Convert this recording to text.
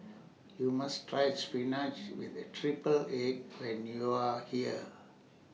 YOU must Try Spinach with A Triple Egg when YOU Are here